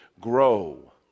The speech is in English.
grow